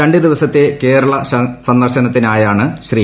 രണ്ട് ദിവസത്തെ കേരള സന്ദർശനായാണ് ശ്രീ